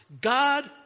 God